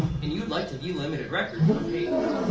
and you would like to view limited records per page.